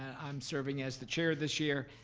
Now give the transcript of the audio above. and i'm serving as the chair this year.